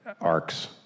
arcs